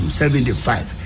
seventy-five